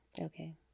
Okay